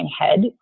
head